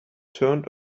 turned